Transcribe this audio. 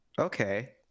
okay